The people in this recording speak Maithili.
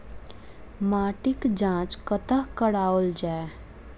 माटिक जाँच कतह कराओल जाए?